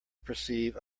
perceive